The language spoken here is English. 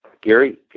Gary